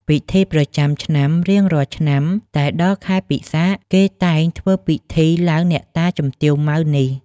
ពិធីប្រចាំឆ្នាំ រៀងរាល់ឆ្នាំ តែដល់ខែពិសាខ គេតែងធ្វើពិធីឡើងអ្នកតាជំទាវ ម៉ៅ នេះ ។